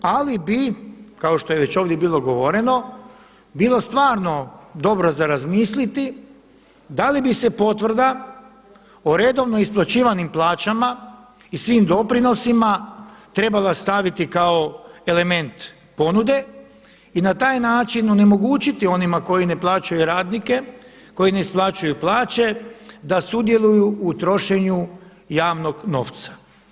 Ali bi kao što je ovdje već bilo govoreno bilo stvarno dobro za razmisliti da li bi se potvrda o redovno isplaćivanim plaćama i svim doprinosima trebala staviti kao element ponude i na taj način onemogućiti onima koji ne plaćaju radnike, koji ne isplaćuju plaće da sudjeluju u trošenju javnog novca.